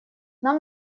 нам